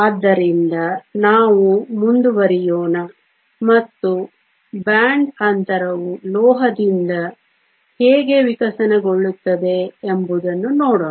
ಆದ್ದರಿಂದ ನಾವು ಮುಂದುವರಿಯೋಣ ಮತ್ತು ಬ್ಯಾಂಡ್ ಅಂತರವು ಲೋಹದಿಂದ ಹೇಗೆ ವಿಕಸನಗೊಳ್ಳುತ್ತದೆ ಎಂಬುದನ್ನು ನೋಡೋಣ